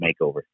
makeover